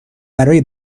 برای